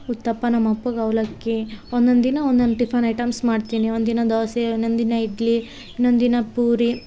ಉತ್ತಪ್ಪ ನಮ್ಮ ಅಪ್ಪಗೆ ಅವಲಕ್ಕಿ ಒಂದೊಂದಿನ ಒಂದೊಂದು ಟಿಫನ್ ಐಟಮ್ಸ್ ಮಾಡ್ತೀನಿ ಒಂದಿನ ದೋಸೆ ಇನ್ನೊಂದಿನ ಇಡ್ಲಿ ಇನ್ನೊಂದಿನ ಪೂರಿ